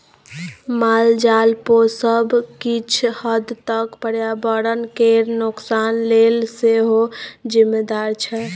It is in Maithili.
मालजाल पोसब किछ हद तक पर्यावरण केर नोकसान लेल सेहो जिम्मेदार छै